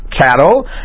cattle